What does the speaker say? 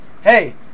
Hey